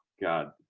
God